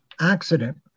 accident